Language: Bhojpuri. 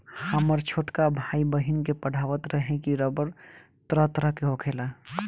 हामर छोटका भाई, बहिन के पढ़ावत रहे की रबड़ तरह तरह के होखेला